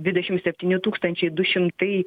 dvidešimt septyni tūkstančiai du šimtai